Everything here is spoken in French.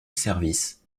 service